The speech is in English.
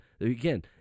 Again